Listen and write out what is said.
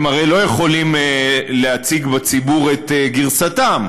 הם הרי לא יכולים להציג בציבור את גרסתם,